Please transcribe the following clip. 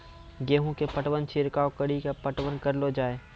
गेहूँ के पटवन छिड़काव कड़ी के पटवन करलो जाय?